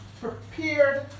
prepared